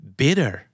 bitter